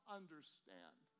understand